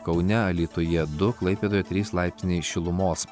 kaune alytuje du klaipėdoje trys laipsniai šilumos